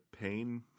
pain